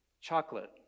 Chocolate